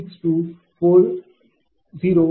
4862401120